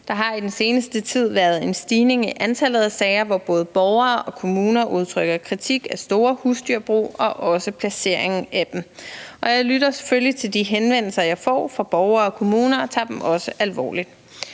Der har i den seneste tid været en stigning i antallet af sager, hvor både borgere og kommuner udtrykker kritik af store husdyrbrug og også af placeringen af dem. Jeg lytter selvfølgelig til de henvendelser, jeg får fra borgere og kommuner, og tager dem også alvorligt.